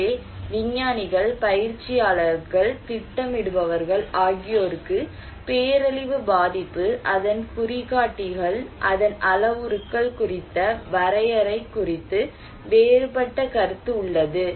எனவே விஞ்ஞானிகள் பயிற்சியாளர்கள் திட்டமிடுபவர்கள் ஆகியோர்க்கு பேரழிவு பாதிப்பு அதன் குறிகாட்டிகள் அதன் அளவுருக்கள் குறித்த வரையறை குறித்து வேறுபட்ட கருத்து உள்ளது